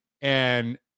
And-